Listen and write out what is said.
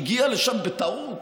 הגיע לשם בטעות